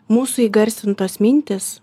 mūsų įgarsintos mintys